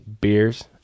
beers